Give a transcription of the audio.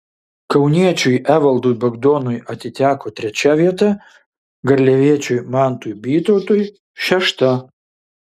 kauniečiui evaldui bagdonui atiteko trečia vieta garliaviečiui mantui bytautui šešta